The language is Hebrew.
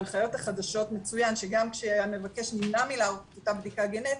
בהנחיות החדשות מצוין שגם שהמבקש נמנע מלערוך את הבדיקה הגנטית,